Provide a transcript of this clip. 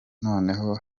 noneho